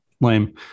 lame